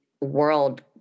world